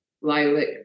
lilac